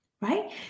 Right